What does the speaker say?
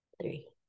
three